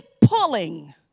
pulling